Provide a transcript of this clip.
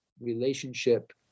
relationship